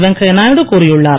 வெங்கையா நாயுடு கூறியுள்ளார்